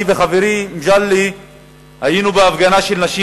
אני וחברי מגלי היינו בהפגנה של נשים